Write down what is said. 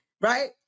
right